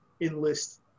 enlist